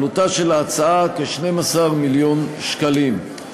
עלותה של ההצעה כ-12 מיליון שקלים.